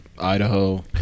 Idaho